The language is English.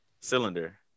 cylinder